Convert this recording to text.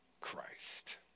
Christ